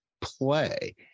play